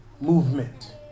movement